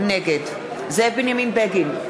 נגד זאב בנימין בגין,